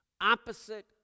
opposite